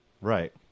Right